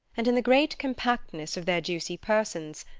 and, in the great compactness of their juicy persons,